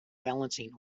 balancing